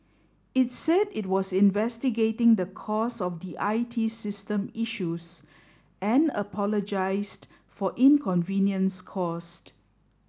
it said it was investigating the cause of the I T system issues and apologised for inconvenience caused